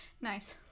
Nice